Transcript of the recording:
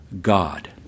God